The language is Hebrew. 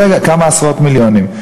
זה כמה עשרות מיליונים.